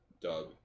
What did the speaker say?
dub